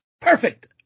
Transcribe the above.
Perfect